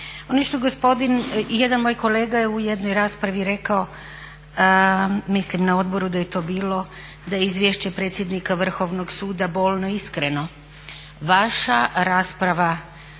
pravosudnog sustava. Jedan moj kolega je u jednoj raspravi rekao, mislim na odboru da je to bilo, da je izvješće predsjednika Vrhovnog suda bolno iskreno. Vaša rasprava